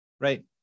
right